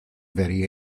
very